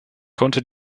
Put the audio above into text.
konnte